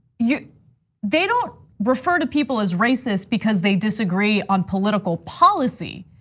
yeah they don't refer to people as racist because they disagree on political policy.